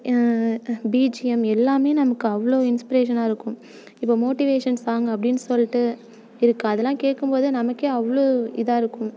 BGM எல்லாமே நமக்கு அவ்வளோ இன்ஸ்ப்ரேஷனாக இருக்கும் இப்போ மோட்டிவேஷன் சாங் அப்படின்னு சொல்லிட்டு இருக்குது அதெலாம் கேட்கும் போது நமக்கே அவ்வளோ இதாக இருக்கும்